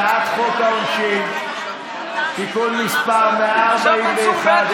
הצעת חוק העונשין (תיקון מס' 141),